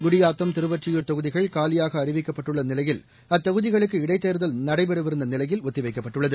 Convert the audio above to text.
குடியாத்தம் திருவொற்றியூர் தொகுதிகள் காலியாகஅறிவிக்கப்பட்டுள்ளநிலையில் அத்தொகுதிகளுக்கு இடைத்தேர்தல் நடைபெறவிருந்தநிலையில் ஒத்திவைக்கப்பட்டுள்ளது